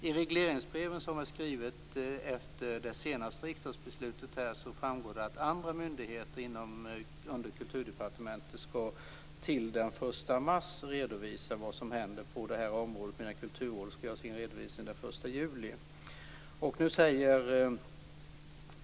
Av regleringsbrevet som är skrivet efter det senaste riksdagsbeslutet framgår att andra myndigheter under Kulturdepartementet den 1 mars skall redovisa vad som händer på det här området. Kulturrådet skall göra sin redovisning den 1 juli.